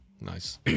Nice